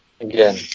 Again